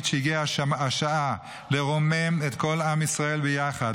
שהגיעה השעה לרומם את כל עם ישראל ביחד,